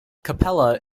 capella